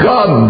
God